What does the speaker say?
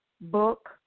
book